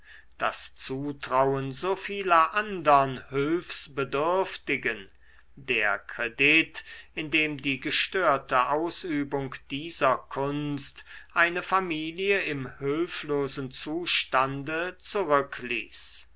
das zutrauen so vieler andern hülfsbedürftigen der kredit indem die gestörte ausübung dieser kunst eine familie im hülflosen zustande zurückließ